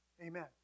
Amen